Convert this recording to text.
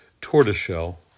tortoiseshell